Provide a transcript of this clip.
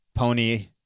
Pony